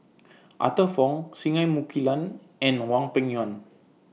Arthur Fong Singai Mukilan and Hwang Peng Yuan